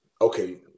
okay